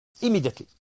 Immediately